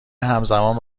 همزمان